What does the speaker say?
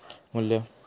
मू्ल्य